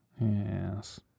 Yes